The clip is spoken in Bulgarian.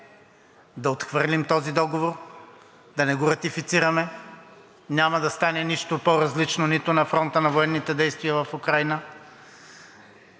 да отхвърлим този договор, да не го ратифицираме. Няма да стане нищо по-различно нито на фронта на военните действия в Украйна,